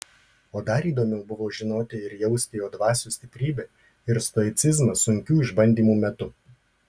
o dar įdomiau buvo žinoti ir jausti jo dvasios stiprybę ir stoicizmą sunkių išbandymų metu